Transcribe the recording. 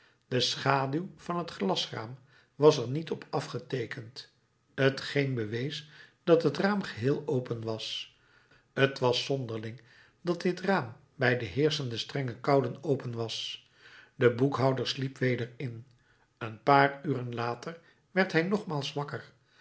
de schaduw van het glasraam was er niet op afgeteekend t geen bewees dat het raam geheel open was t was zonderling dat dit raam bij de heerschende strenge koude open was de boekhouder sliep weder in een paar uren later werd hij nogmaals wakker